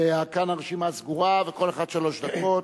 וכאן הרשימה סגורה, וכל אחד, שלוש דקות.